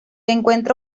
encuentra